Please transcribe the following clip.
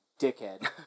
dickhead